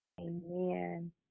Amen